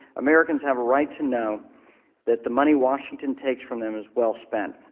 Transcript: americans have a right to know that the money washington takes from them is well spent.